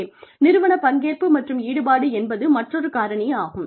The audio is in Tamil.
நிறுவன பங்கேற்பு மற்றும் ஈடுபாடு என்பது மற்றொரு காரணியாகும்